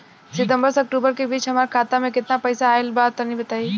सितंबर से अक्टूबर के बीच हमार खाता मे केतना पईसा आइल बा तनि बताईं?